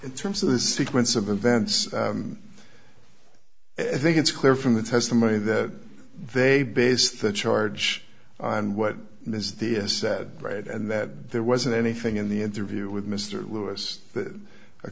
in terms of the sequence of events i think it's clear from the testimony that they base the charge and what is the is said right and that there wasn't anything in the interview with mr lewis a